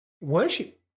worship